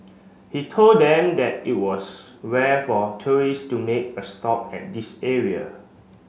he told them that it was rare for tourists to make a stop at this area